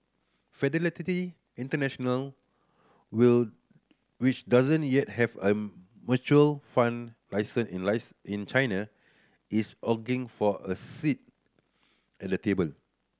Fidelity International will which doesn't yet have a mutual fund license in in China is angling for a seat at the table